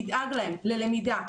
ידאג להם ללמידה,